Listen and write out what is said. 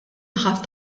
ħadt